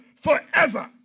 forever